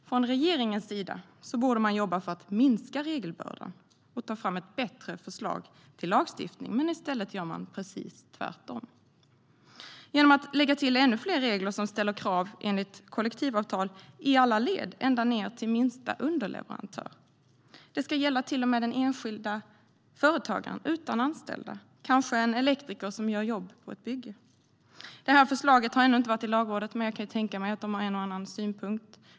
Från regeringens sida borde man jobba för att minska regelbördan och ta fram ett bättre förslag till lagstiftning. Men i stället gör man precis tvärtom genom att lägga till ännu fler regler som ställer krav enligt kollektivavtal, i alla led - ända ned till minsta underleverantör. Detta ska till och med gälla den enskilda företagaren utan anställda, kanske en elektriker som gör jobb på ett bygge. Förslaget har ännu inte varit i Lagrådet, men jag kan tänka mig att de har en och annan synpunkt.